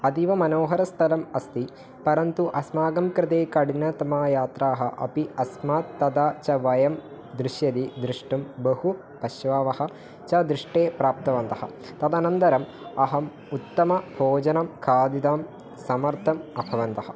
अतीवमनोहरस्थलम् अस्ति परन्तु अस्माकं कृते कठिनतमयात्राः अपि अस्मात् तदा च वयं पश्यति द्रष्टुं बहु पशवः च दृष्टेः प्राप्तवन्तः तदनन्दरम् अहम् उत्तमभोजनं खादितं समर्थः अभवम्